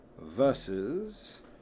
versus